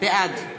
בעד